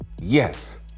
Yes